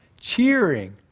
cheering